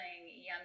yummy